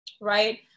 right